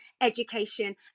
education